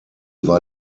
war